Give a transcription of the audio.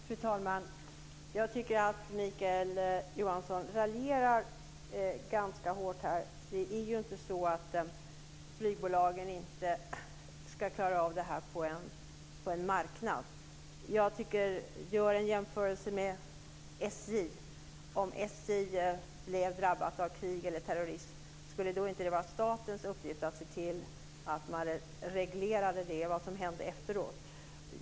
Fru talman! Jag tycker att Mikael Johansson raljerar ganska hårt här. Det är ju inte så att flygbolagen inte ska klara av det här på en marknad. Gör en jämförelse med SJ. Om SJ skulle drabbas av krig eller terrorism, skulle det då inte vara statens uppgift att se till att reglera det som hände efteråt.